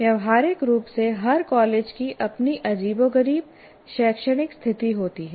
व्यावहारिक रूप से हर कॉलेज की अपनी अजीबोगरीब शैक्षणिक स्थिति होती है